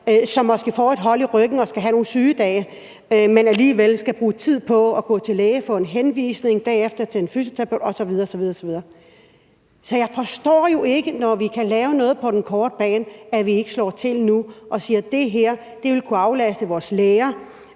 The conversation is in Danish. og får de f.eks. hold i ryggen, skal de have nogle sygedage og måske også bruge tid på at gå til læge for at få en henvisning for bagefter at bruge tid på at gå til en fysioterapeut osv. osv. Så jeg forstår jo ikke – når vi kan lave noget på den korte bane – at vi ikke slår til nu og siger: Det her vil kunne aflaste vores læger.